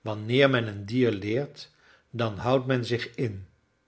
wanneer men een dier leert dan houdt men zich in